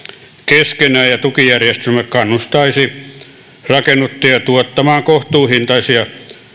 keskenään ja tukijärjestelmä kannustaisi rakennuttajia tuottamaan kohtuuhintaisia vuokra ja